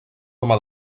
home